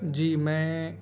جی میں